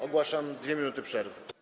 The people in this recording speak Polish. Ogłaszam 2 minuty przerwy.